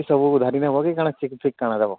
ସବୁ ଉଧାରି ନେବ କି କାଣା ଚେକ୍ଫେକ୍ କାଣା ଦେବ